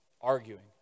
Arguing